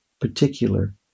particular